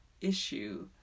issue